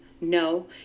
No